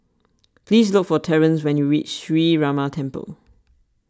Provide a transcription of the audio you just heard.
please look for Terrence when you reach Sree Ramar Temple